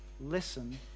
listen